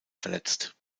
verletzt